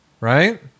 right